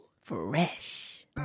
fresh